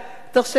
תרשה לי.